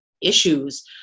issues